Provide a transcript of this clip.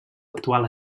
actual